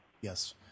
Yes